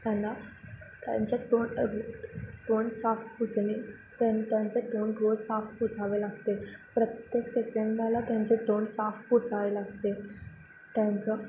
त्यांना त्यांच्या तोंड तोंड साफ पुसणे त्यांचं तोंड रोज साफ पुसावे लागते प्रत्येक सेकंदाला त्यांचे तोंड साफ पुसावे लागते त्यांचं